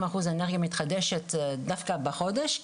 דווקא בחודש,